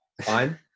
Fine